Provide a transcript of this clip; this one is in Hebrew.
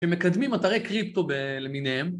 שמקדמים אתרי קריפטו למיניהם